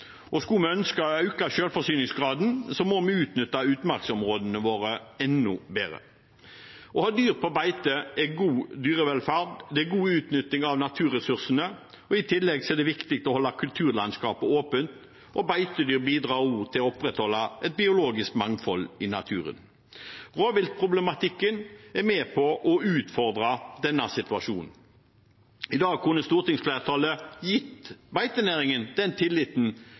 Og skulle vi ønske å øke selvforsyningsgraden, må vi utnytte utmarksområdene våre enda bedre. Å ha dyr på beite er god dyrevelferd, det er god utnytting av naturressursene, og i tillegg er det viktig for å holde kulturlandskapet åpent. Beitedyr bidrar også til å opprettholde et biologisk mangfold i naturen. Rovviltproblematikken er med på å utfordre denne situasjonen. I dag kunne stortingsflertallet gitt beitenæringen den tilliten